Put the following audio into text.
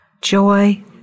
joy